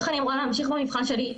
איך אני אמורה להמשיך במבחן שלי,